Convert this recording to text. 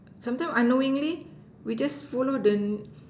sometimes unknowingly we just follow the